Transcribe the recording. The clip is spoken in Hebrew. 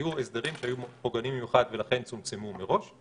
היו הסדרים שהיו פוגעניים במיוחד ולכן צומצמו מראש.